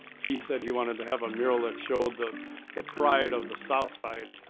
he said he wanted to have a mural that showed the the pride of the south side.